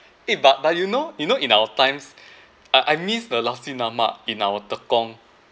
eh but but you know you know in our times I I miss the nasi lemak in our Tekong